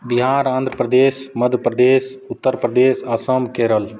Bihar Andhra Pradesh Madhya Pradesh Uttar Pradesh Assam Kerala